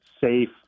safe